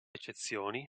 eccezioni